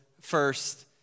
first